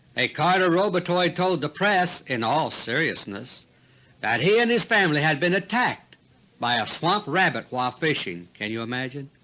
a carter robotoid told the press in all seriousness that he and his family had been attacked by a swamp rabbit while fishing. can you imagine?